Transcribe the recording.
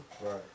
Right